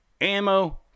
ammo